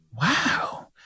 Wow